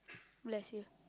bless you